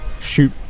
shoot